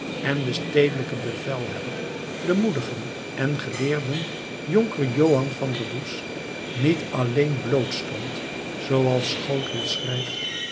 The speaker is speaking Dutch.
en den stedelijken bevelhebber den moedigen en geleerden jonker johan van der does niet alleen blootstond zooals schotel schrijft